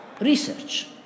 research